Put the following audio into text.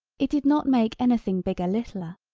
it did not make anything bigger littler,